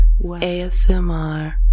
ASMR